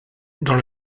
dans